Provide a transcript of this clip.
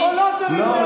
לא,